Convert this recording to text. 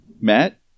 Matt